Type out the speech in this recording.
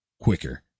quicker